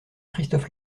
christophe